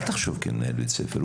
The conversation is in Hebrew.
אל תחשוב כמנהל בית ספר.